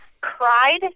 cried